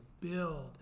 build